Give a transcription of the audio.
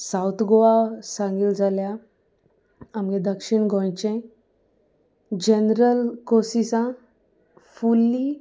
south Goa सांगिल्लें जाल्यार आमगे दक्षिण गोंयचें जनरल कोर्सिसां फुल्ली